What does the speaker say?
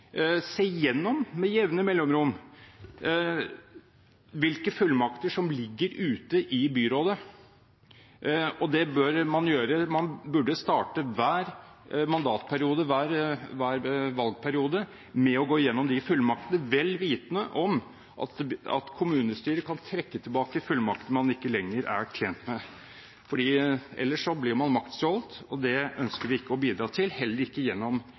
se gjennom hvilke fullmakter som ligger ute i byrådet. Man burde starte hver mandatperiode, hver valgperiode, med å gå igjennom de fullmaktene, vel vitende om at kommunestyret kan trekke tilbake fullmakter man ikke lenger er tjent med. Ellers blir man maktstjålet, og det ønsker vi ikke å bidra til – heller ikke gjennom